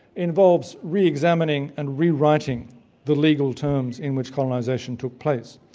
involves re-examining and rewriting the legal terms in which colonization took place.